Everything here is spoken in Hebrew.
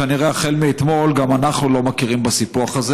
כנראה החל מאתמול גם אנחנו לא מכירים בסיפוח הזה